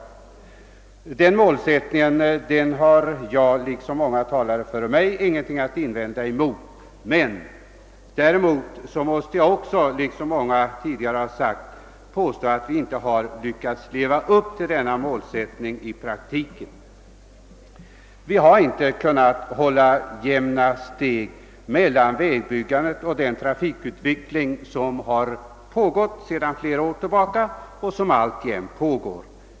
Den målsättningen har jag, liksom många före mig, ingenting att invända emot. Men däremot måste jag, liksom även många andra, påstå att vi inte har lyckats leva upp till denna målsättning i praktiken. Vi har inte kunnat hålla jämna steg mellan vägbyggandet och den snabba trafikutveckling som har pågått sedan flera år och som alltjämt pågår.